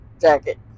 jacket